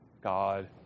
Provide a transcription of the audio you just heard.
God